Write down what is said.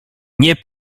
nie